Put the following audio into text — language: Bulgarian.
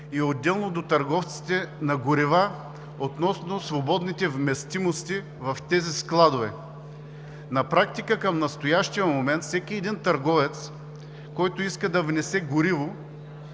и отделно до търговците на горива относно свободните вместимости в тези складове. На практика към настоящия момент всеки един търговец, който иска да внесе гориво,